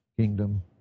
kingdom